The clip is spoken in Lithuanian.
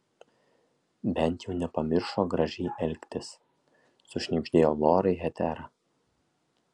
bent jau nepamiršo gražiai elgtis sušnibždėjo lorai hetera